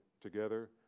together